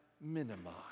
minimize